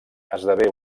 esdevé